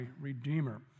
redeemer